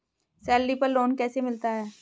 Salary पर loan कैसे मिलता है?